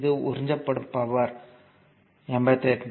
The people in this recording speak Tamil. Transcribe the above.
இது உறிஞ்சப்படும் பவர் P 4 22 0